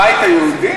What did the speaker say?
הבית היהודי?